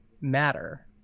matter